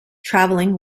traveling